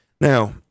Now